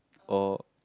oh